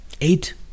eight